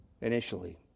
initially